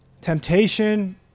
temptation